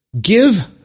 give